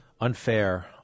unfair